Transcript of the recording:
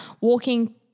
walking